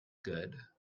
good